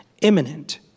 imminent